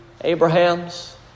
Abraham's